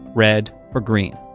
red, or green.